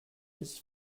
his